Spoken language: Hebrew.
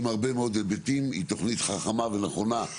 עם הרבה מאוד היבטים, היא תוכנית חכמה ונכונה,